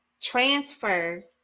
transfer